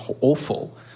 awful